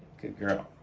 good girl.